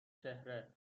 چهره